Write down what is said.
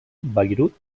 bayreuth